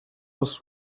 عذر